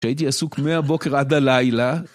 שהייתי עסוק מהבוקר עד הלילה.